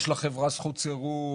יש לחברה זכות סירוב,